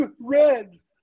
reds